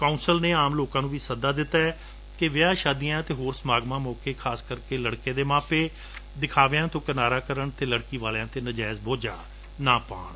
council ਨੇ ਆਮ ਲੋਕਾ' ਨੂੰ ਵੀ ਸੱਦਾ ਦਿੱਤੈ ਕਿ ਵਿਆਹ ਸ਼ਾਦੀਆਂ ਅਤੇ ਹੋਰ ਸਮਾਗਮਾਂ ਮੌਕੇ ਖਾਸ ਕਰਕੇ ਲੜਕੇ ਦੇ ਮਾਪੇ ਵਧ ਖਰਚੇ ਅਤੇ ਦਿਖਾਵਿਆਂ ਤੋਂ ਕਿਨਾਰਾ ਕਰਨ ਅਤੇ ਲੜਕੀ ਵਾਲਿਆਂ ਤੇ ਨਾਜਾਇਜ਼ ਬੋਝਾ ਨਾ ਪਾਉਣ